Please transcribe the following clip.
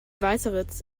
weißeritz